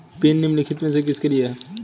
Pin निम्नलिखित में से किसके लिए है?